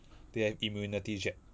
they have immunity check